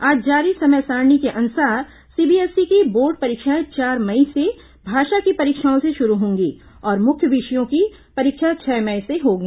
आज जारी समय सारिणी के अनुसार सीबीएसई की बोर्ड परीक्षाएं चार मई से भाषा की परीक्षाओं से शुरू होंगी और मुख्य विषयों की परीक्षा छह मई से होंगी